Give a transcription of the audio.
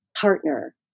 partner